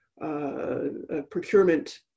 procurement